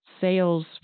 sales